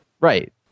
right